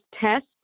test